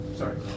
sorry